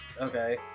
Okay